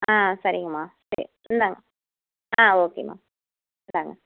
ஆ சரிங்கம்மா சரி இந்தாங்கள் ஆ ஓகேம்மா இந்தாங்கள்